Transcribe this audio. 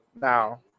Now